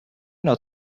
not